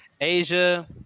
asia